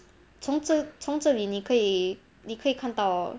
从这从这里你可以你可以看到